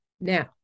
Now